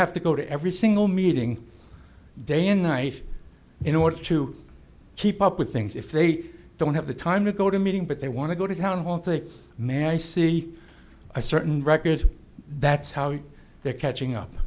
have to go to every single meeting day and night in order to keep up with things if they don't have the time to go to meeting but they want to go to town with a man i see a certain record that's how they're catching up